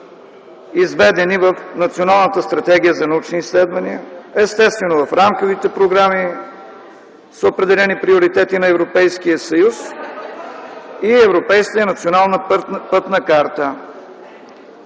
изведени в Националната стратегия за научни изследвания, естествено в рамковите програми, с определени приоритети на Европейския съюз и Европейската национална пътна карта.